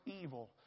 evil